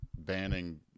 banning